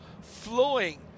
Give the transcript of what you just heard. flowing